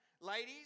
Ladies